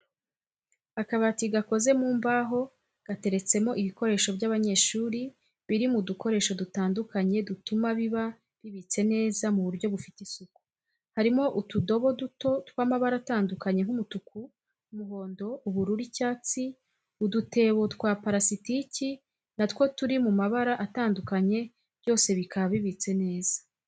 Akabati gakoze mu mbaho gateretsemo ibikoresho by'abanyeshuri biri mu dukoresho dutandukanye dutuma biba bibitse neza mu buryo bufite isuku, harimo utudobo duto tw'amabara atandukanye nk'umutuku, umuhondo, ubururu, icyatsi, udutebo twa parasitiki na two turi mu mabara atandukanye byose bikaba bibitse neza.